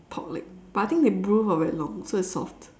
pork leg but I think they brew for very long so it's soft